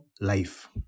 life